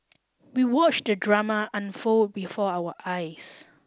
we watched the drama unfold before our eyes